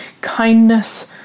kindness